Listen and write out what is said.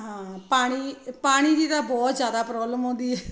ਹਾਂ ਪਾਣੀ ਪਾਣੀ ਦੀ ਤਾਂ ਬਹੁਤ ਜ਼ਿਆਦਾ ਪ੍ਰੋਬਲਮ ਆਉਂਦੀ ਹੈ